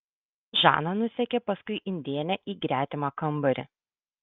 žana nusekė paskui indėnę į gretimą kambarį